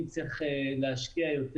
אם צריך להשקיע יותר